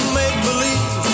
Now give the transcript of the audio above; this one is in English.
make-believe